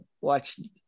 watched